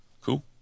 Cool